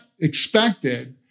expected